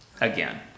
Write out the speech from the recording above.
Again